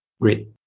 Great